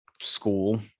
school